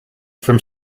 from